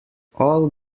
all